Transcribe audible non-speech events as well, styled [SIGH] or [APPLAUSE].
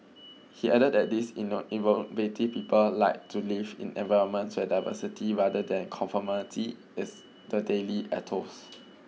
he added that these inner [UNINTELLIGIBLE] people like to live in environments where diversity rather than conformity is the daily ethos